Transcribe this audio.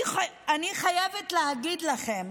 אני חייבת להגיד לכם,